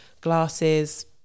glasses